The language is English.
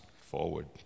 forward